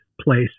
place